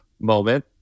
moment